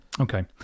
Okay